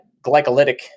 glycolytic